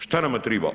Šta nama triba?